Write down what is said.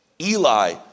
Eli